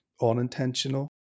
unintentional